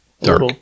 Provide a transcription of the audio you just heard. dark